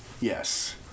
Yes